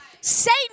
Satan